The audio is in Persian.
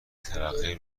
ترقی